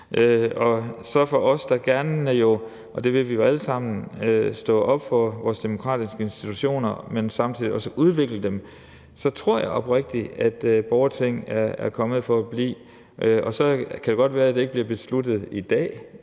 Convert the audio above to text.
vi alle sammen – vil stå op for vores demokratiske institutioner, men samtidig også udvikle dem, vil jeg sige, at jeg oprigtigt tror, at borgerting er kommet for at blive. Så kan det godt være, at det ikke bliver besluttet i dag